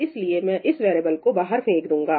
इसलिए मैं इस वेरिएबल को बाहर फेंक दूंगा